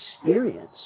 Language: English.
experience